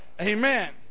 Amen